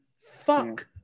Fuck